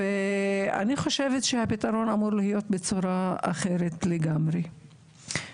אני חושבת שהפתרון אמור להיות בצורה אחרת לגמרי.